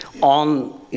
on